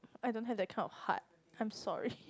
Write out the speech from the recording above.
I don't have that kind of heart I am sorry